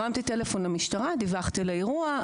הרמתי טלפון למשטרה ודיווחתי על האירוע.